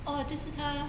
orh 就是他